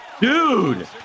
Dude